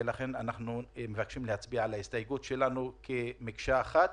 ולכן אנחנו מבקשים להצביע על ההסתייגות שלנו כמקשה אחת.